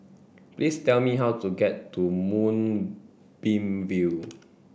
please tell me how to get to Moonbeam View